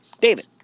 David